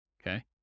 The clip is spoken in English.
okay